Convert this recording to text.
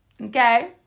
Okay